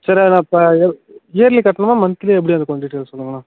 சரி நான் இப்போ இ இயர்லி கட்டணுமா மந்த்லி எப்படி அது கொஞ்சம் சொல் சொல்லுங்களேன்